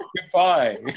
Goodbye